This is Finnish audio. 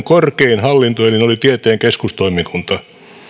korkein hallintoelin oli tieteen keskustoimikunta